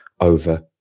over